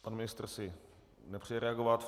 Pan ministr si nepřeje reagovat.